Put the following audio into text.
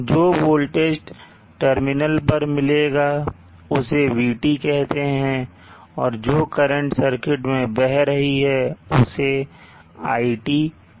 जो voltage terminal पर मिलेगा उसे vT कहते हैं और जो करंट सर्किट में बह रही है उसे iT कहते हैं